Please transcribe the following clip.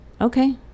Okay